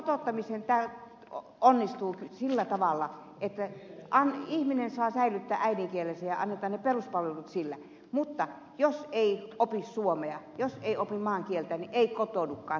kotouttaminen onnistuu sillä tavalla että ihminen saa säilyttää äidinkielensä ja annetaan ne peruspalvelut sillä mutta jos ei opi suomea jos ei opi maan kieltä niin ei kotoudukaan